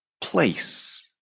place